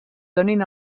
donin